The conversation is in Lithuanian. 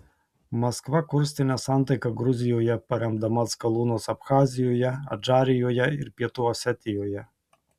maskva kurstė nesantaiką gruzijoje paremdama atskalūnus abchazijoje adžarijoje ir pietų osetijoje